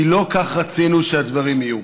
כי לא כך רצינו שהדברים יהיו.